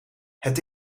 het